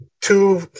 two